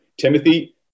Timothy